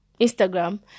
Instagram